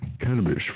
Cannabis